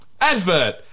Advert